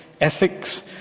ethics